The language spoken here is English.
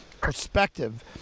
perspective